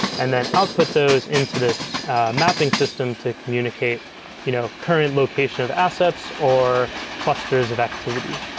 and then output those into this mapping system to communicate you know current location of assets or clusters of activity